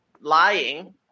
lying